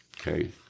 Okay